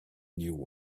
new